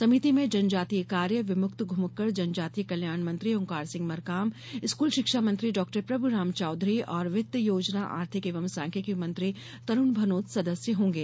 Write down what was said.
समिति में जनजातीय कार्य विमुक्त घूमक्कड़ जनजातीय कल्याण मंत्री ओंकार सिंह मरकाम स्कूल शिक्षा मंत्री डॉ प्रभुराम चौधरी और वित्त योजना आर्थिक एवं सांख्यिकी मंत्री तरुण भनोत सदस्य होंगे